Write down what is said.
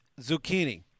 zucchini